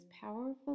powerful